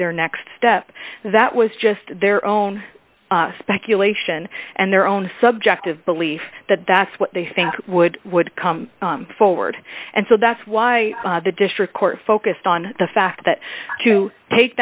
their next step that was just their own speculation and their own subjective belief that that's what they think would would come forward and so that's why the district court focused on the fact that to take